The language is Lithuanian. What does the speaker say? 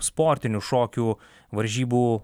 sportinių šokių varžybų